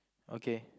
okay